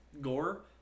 gore